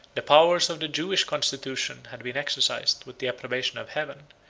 the powers of the jewish constitution had been exercised, with the approbation of heaven,